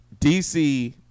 DC